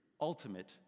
ultimate